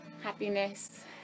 Happiness